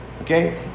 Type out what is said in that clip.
Okay